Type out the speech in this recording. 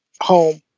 home